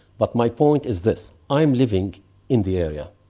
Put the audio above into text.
but my point is this i'm living in the area,